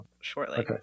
shortly